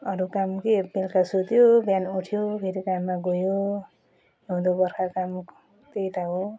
अरू काम के बेलुका सुत्यो बिहान उठ्यो फेरि काममा गयो हिउँदो बर्खा काम त्यही त हो